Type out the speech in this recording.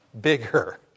bigger